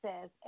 says